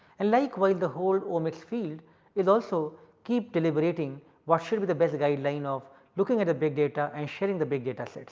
and likewise the whole omics field is also keep deliberating what should be the best guideline of looking at a big data and sharing the big data